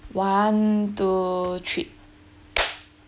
one two three